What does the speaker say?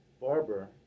barber